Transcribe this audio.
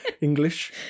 english